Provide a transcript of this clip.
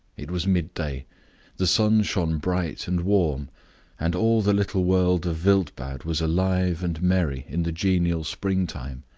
it was midday the sun shone bright and warm and all the little world of wildbad was alive and merry in the genial springtime.